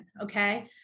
okay